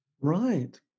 Right